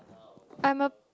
I am a